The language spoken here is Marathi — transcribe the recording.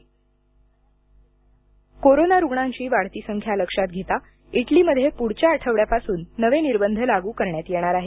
इटली निर्बंध कोरोना रुग्णांची वाढती संख्या लक्षात घेता इटलीमध्ये पुढच्या आठवड्यापासून नवे निर्बंध लागू करण्यात येणार आहेत